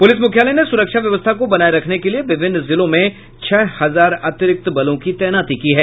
police मुख्यालय ने सुरक्षा व्यवस्था को बनाये रखने के लिए विभिन्न जिलों में छह हजार अतिरिक्त बलों की तैनाती की है